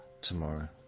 tomorrow